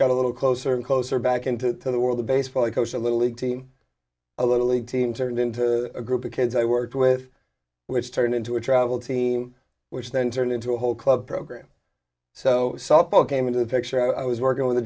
got a little closer and closer back into the world of baseball i coach a little league team a little league team turned into a group of kids i worked with which turned into a travel team which then turned into a whole club program so softball came into the picture i was working with a